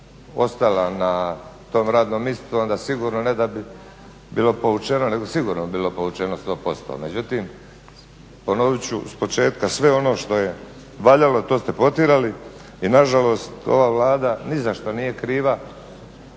na tom radnom mjestu, onda sigurno ne da bi bila povučena, nego sigurno bi bila povučena, 100%. Međutim, ponovit ću iz početka sve ono što je valjalo, to ste potjerali i nažalost ova Vlada ni za što nije kriva,